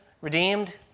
redeemed